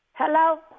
Hello